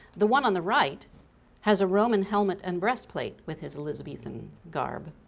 the one on the right has a roman helmet and breastplate with his elizabethan garb.